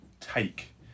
take